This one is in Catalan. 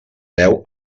deu